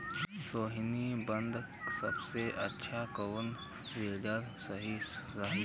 सोहनी बदे सबसे अच्छा कौन वीडर सही रही?